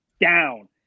down